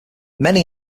many